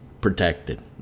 protected